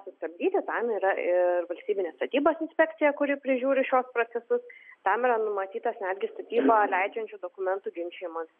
sustabdyti tam yra ir valstybinė statybos inspekcija kuri prižiūri šiuos procesus tam yra numatytas netgi statybą leidžiančių dokumentų ginčijimas